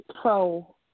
pro